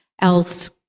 else